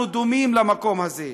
אנחנו דומים למקום הזה,